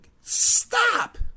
stop